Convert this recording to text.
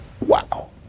Wow